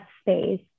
space